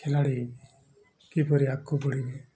ଖେଳାଳି କିପରି ଆଗକୁ ବଢ଼ିବେ